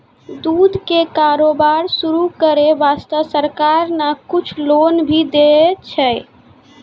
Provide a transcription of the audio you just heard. दूध के कारोबार शुरू करै वास्तॅ सरकार न कुछ लोन भी दै छै